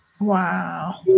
Wow